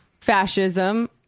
fascism